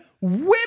Women